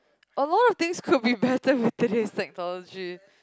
a lot of things could be better with today's technology